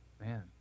Man